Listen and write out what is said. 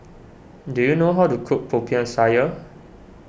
do you know how to cook Popiah Sayur